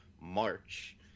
March